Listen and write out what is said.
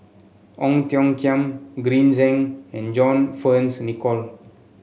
Ong Tiong Khiam Green Zeng and John Fearns Nicoll